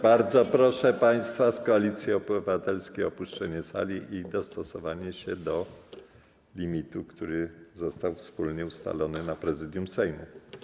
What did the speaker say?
Bardzo proszę państwa z Koalicji Obywatelskiej o opuszczenie sali i dostosowanie się do limitu, który został wspólnie ustalony na posiedzeniu Prezydium Sejmu.